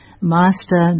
master